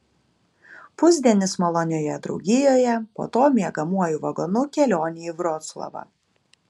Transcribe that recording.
pusdienis malonioje draugijoje po to miegamuoju vagonu kelionė į vroclavą